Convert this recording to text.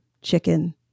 chicken